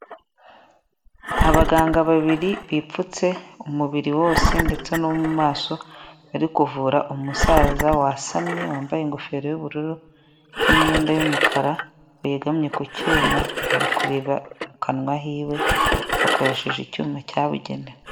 Abaganga babiri bipfutse umubiri wose ndetse no mu maso bari kuvura umusaza wasamye wambaye ingofero yubururu n'imyenda y'umukara yegamye ku cyuma bari kureba mukanwa hiwe bakoresheje icyuma cyabugenewe.